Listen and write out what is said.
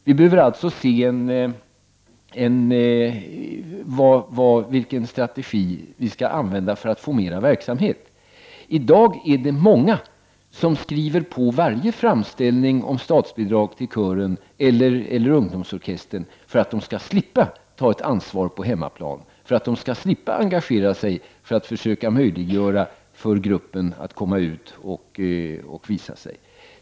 Vi behöver alltså se på vilken strategi vi skall använda för att få mer verksamhet. I dag finns det många som skriver på varje framställning om statsbidrag till kören eller ungdomsorkestern för att de på så sätt skall slippa ta ett ansvar på hemmaplan och för att de skall slippa engagera sig för att försöka möjliggöra för gruppen att komma ut och visa sig.